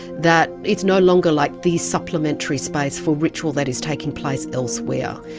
that it's no longer like the supplementary space for ritual that is taking place elsewhere.